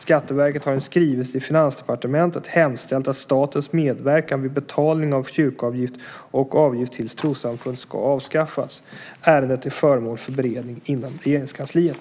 Skatteverket har i en skrivelse till Finansdepartementet hemställt att statens medverkan vid betalning av kyrkoavgift och avgift till trossamfund ska avskaffas. Ärendet är föremål för beredning inom Regeringskansliet.